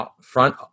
front